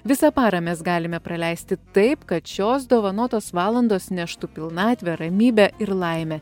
visą parą mes galime praleisti taip kad šios dovanotos valandos neštų pilnatvę ramybę ir laimę